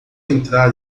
entrar